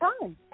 time